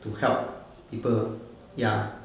to help people ya